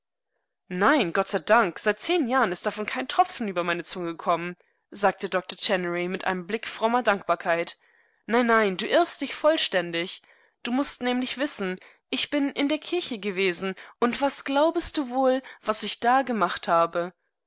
nein gott sei dank seit zehn jahren ist davon kein tropfen über meine zunge gekommen sagte doktor chennery mit einem blick frommer dankbarkeit nein nein duirrstdichvollständig dumußtnämlichwissen ichbininderkirchegewesen und was glaubest du wohl was ich da gemacht habe